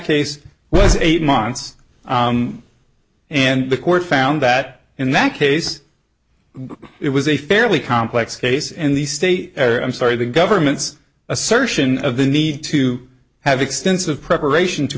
case was eight months and the court found that in that case it was a fairly complex case and the state i'm sorry the government's assertion of the need to have extensive preparation to